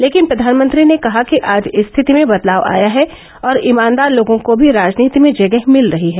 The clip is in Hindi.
लेकिन प्रधानमंत्री ने कहा कि आज स्थिति में बदलाव आया है और ईमानदार लोगों को भी राजनीति में जगह मिल रही है